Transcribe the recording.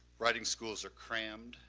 writing schools are crammed,